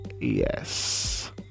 Yes